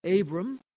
Abram